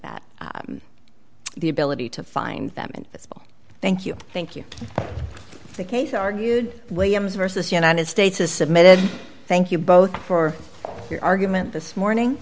that the ability to find them in this bill thank you thank you the case argued williams versus united states is submitted thank you both for your argument this morning